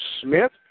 Smith